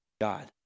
God